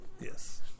Yes